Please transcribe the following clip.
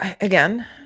again